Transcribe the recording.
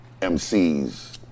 mcs